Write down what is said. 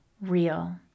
real